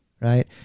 right